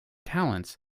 talents